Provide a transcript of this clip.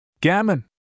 Gammon